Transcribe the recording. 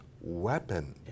weapon